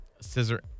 Scissor